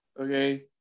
okay